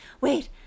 wait